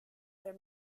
their